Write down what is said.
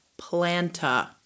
Planta